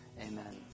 Amen